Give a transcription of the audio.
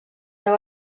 deu